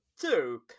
two